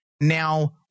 Now